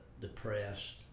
depressed